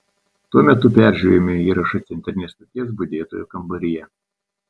tuo metu peržiūrėjome įrašą centrinės stoties budėtojo kambaryje